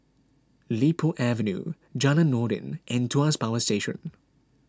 Li Po Avenue Jalan Noordin and Tuas Power Station